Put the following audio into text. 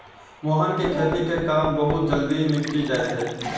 मोहन के खेती के काम बहुत जल्दी निपटी जाय छै